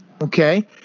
Okay